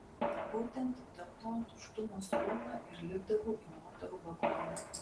būtent dėl to tuštumo su ūla ir lipdavau į moterų vagoną